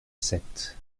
sept